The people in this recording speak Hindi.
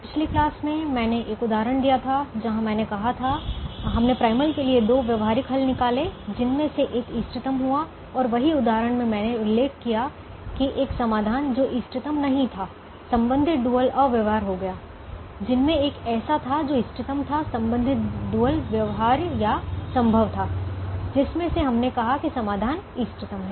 पिछली कक्षा में मैंने एक उदाहरण दिया था जहाँ मैंने कहा था हमने प्राइमल के लिए दो व्यावहारिक हल निकाले जिनमें से एक इष्टतम हुआ और वही उदाहरण में मैंने उल्लेख किया कि एक समाधान जो इष्टतम नहीं था संबंधित डुअल अव्यवहार्य हो गया जिनमें एक ऐसा था जो इष्टतम था संबंधित डुअल व्यवहार्य या संभव था जिसमें से हमने कहा कि समाधान इष्टतम है